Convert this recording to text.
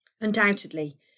Undoubtedly